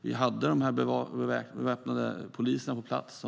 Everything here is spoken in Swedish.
Vi hade beväpnade poliser på plats,